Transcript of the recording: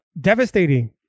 devastating